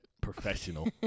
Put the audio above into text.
professional